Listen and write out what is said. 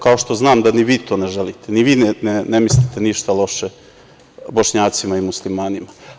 Kao što znam da ni vi to ne želite, ni vi ne mislite ništa loše Bošnjacima i Muslimanima.